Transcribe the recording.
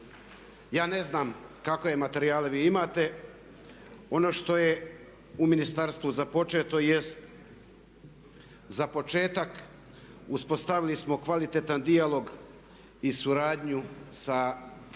Ja ne znam kakve materijale vi imate. Ono što je u ministarstvu započeto jest, za početak, uspostavili smo kvalitetan dijalog i suradnju sa hrvatskim